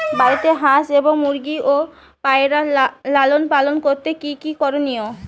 বাড়িতে হাঁস এবং মুরগি ও পায়রা লালন পালন করতে কী কী করণীয়?